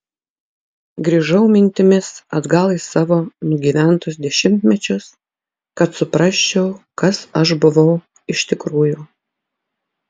grįžau mintimis atgal į savo nugyventus dešimtmečius kad suprasčiau kas aš buvau iš tikrųjų